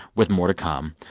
with more to come.